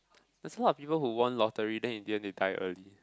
that's a lot of people who won lottery then in the end they die early